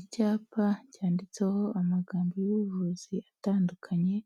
Icyapa cyanditseho amagambo y'ubuvuzi atandukanye,